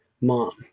mom